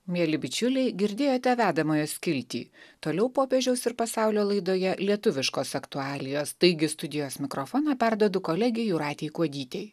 mieli bičiuliai girdėjote vedamojo skiltį toliau popiežiaus ir pasaulio laidoje lietuviškos aktualijos taigi studijos mikrofoną perduodu kolegei jūratei kuodytei